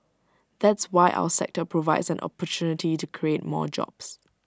that's why our sector provides an opportunity to create more jobs